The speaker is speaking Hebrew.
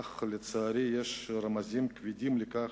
אך, לצערי, יש רמזים כבדים לכך